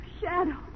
Shadow